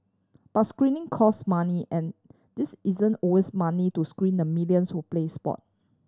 but screening cost money and these isn't always money to screen the millions who play sport